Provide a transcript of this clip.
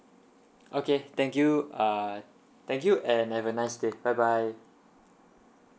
okay thank you uh thank you and have a nice day bye bye